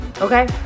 okay